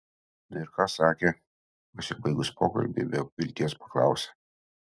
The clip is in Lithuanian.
na ir ką sakė pasibaigus pokalbiui be vilties paklausė